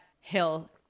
hill